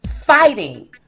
fighting